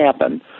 happen